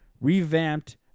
revamped